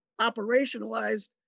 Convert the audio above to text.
operationalized